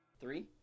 Three